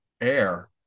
air